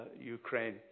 Ukraine